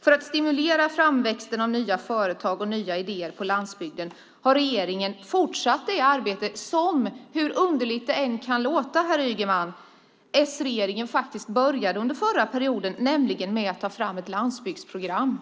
För att stimulera framväxten av nya företag och nya idéer på landsbygden har regeringen fortsatt det arbete som - hur underligt det än kan låta, herr Ygeman - s-regeringen påbörjade under förra mandatperioden, nämligen att ta fram ett landsbygdsprogram.